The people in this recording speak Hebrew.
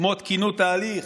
כמו תקינות ההליך,